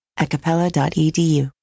acapella.edu